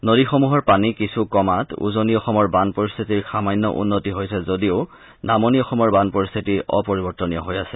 নদীসমূহৰ পানী কিছু কমাত উজনি অসমৰ বান পৰিস্থিতিৰ সামান্য উন্নতি হৈছে যদিও নামনি অসমৰ বান পৰিস্থিতি অপৰিৱৰ্তনীয় হৈ আছে